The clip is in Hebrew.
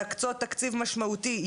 להקצות תקציב משמעותי,